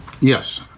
Yes